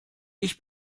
ich